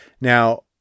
Now